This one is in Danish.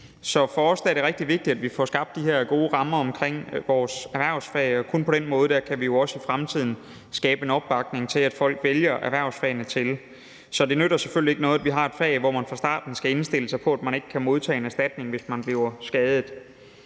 så for os er det rigtig vigtigt, at vi får skabt de her gode rammer om vores erhvervsfag. Kun på den måde kan vi også i fremtiden skabe en opbakning til, at folk vælger erhvervsfagene til. Det nytter selvfølgelig ikke noget, at vi har et fag, hvor man fra starten skal indstille sig på, at man ikke kan modtage en erstatning, hvis man bliver skadet.